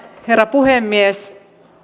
herra puhemies